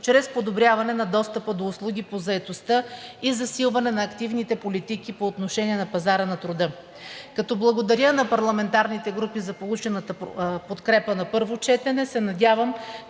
чрез подобряване на достъпа до услуги по заетостта и засилване на активните политики по отношение на пазара на труда. Като благодаря на парламентарните групи за получената подкрепа на първо четене, се надявам,